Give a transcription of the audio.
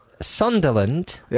Sunderland